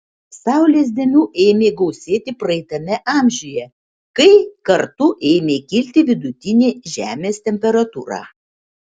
saulės dėmių ėmė gausėti praeitame amžiuje kai kartu ėmė kilti vidutinė žemės temperatūra